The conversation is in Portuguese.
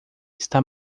está